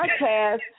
podcast